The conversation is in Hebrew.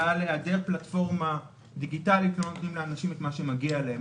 שבגלל העדר פלטפורמה דיגיטלית לא נותנים לאנשים את מה שמגיע להם.